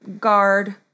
guard